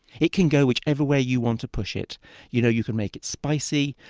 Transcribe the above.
it can go whichever way you want to push it you know you can make it spicy,